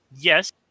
Yes